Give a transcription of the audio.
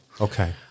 Okay